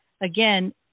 again